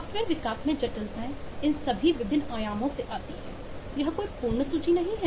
software विकास में जटिलताएं इस सभी विभिन्न आयामों से आती हैं यह कोई पूर्ण सूची नहीं है